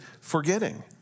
forgetting